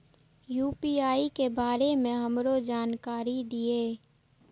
UPI के बारे में हमरो जानकारी दीय?